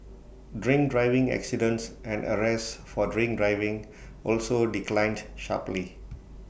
drink driving accidents and arrests for drink driving also declined sharply